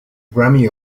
grammy